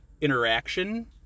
interaction